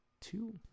two